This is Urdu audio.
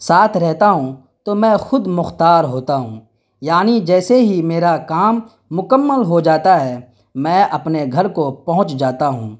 ساتھ رہتا ہوں تو میں خود مختار ہوتا ہوں یعنی جیسے ہی میرا کام مکمل ہو جاتا ہے میں اپنے گھر کو پہنچ جاتا ہوں